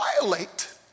violate